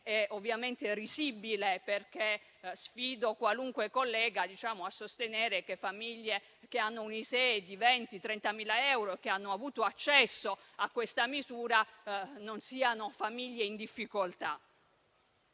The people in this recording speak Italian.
ovviamente risibile, perché sfido qualunque collega a sostenere che famiglie con un ISEE di 20.000 o 30.000 euro, che hanno avuto accesso a questa misura, non siano famiglie in difficoltà.